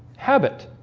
habit,